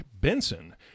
Benson